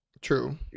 True